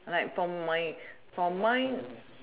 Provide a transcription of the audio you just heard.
like from my from my